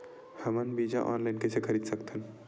हमन बीजा ऑनलाइन कइसे खरीद सकथन?